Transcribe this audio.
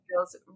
feels